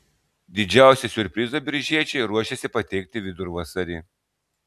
didžiausią siurprizą biržiečiai ruošiasi pateikti vidurvasarį